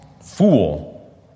fool